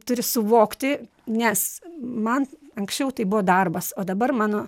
turi suvokti nes man anksčiau tai buvo darbas o dabar mano